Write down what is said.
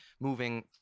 moving